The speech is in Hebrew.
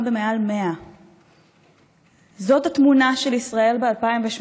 במעל 100. זאת התמונה של ישראל ב-2018.